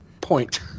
point